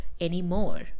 anymore